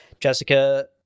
Jessica